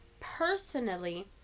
personally